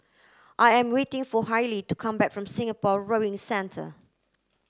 I am waiting for Hailie to come back from Singapore Rowing Centre